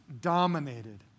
dominated